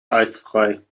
eisfrei